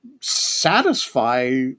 satisfy